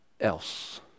else